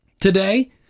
today